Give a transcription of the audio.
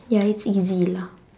ya it's easy lah